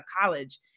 college